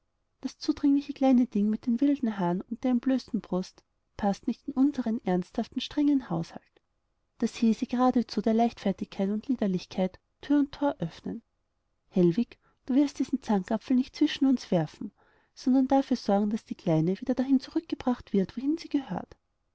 das zudringliche kleine ding mit den wilden haaren und der entblößten brust paßt nicht in unseren ernsthaften strengen haushalt das hieße geradezu der leichtfertigkeit und liederlichkeit thür und thor öffnen hellwig du wirst diesen zankapfel nicht zwischen uns werfen sondern dafür sorgen daß die kleine wieder dahin zurückgebracht wird wohin sie gehört